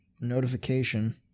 notification